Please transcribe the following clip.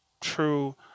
True